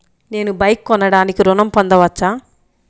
నేను బైక్ కొనటానికి ఋణం పొందవచ్చా?